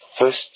First